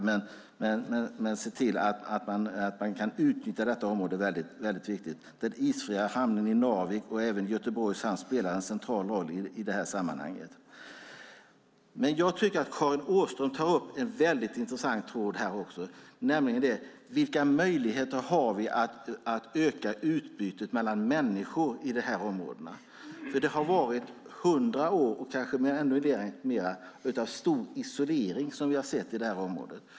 Att se till att man kan utnyttja detta område är mycket viktigt. Den isfria hamnen i Narvik och även Göteborgs hamn spelar en central roll i detta sammanhang. Karin Åström tar upp en intressant tråd, nämligen vilka möjligheter vi har att öka utbytet mellan människor i dessa områden. Det har varit 100 år, kanske ännu mer, av stor isolering i detta område.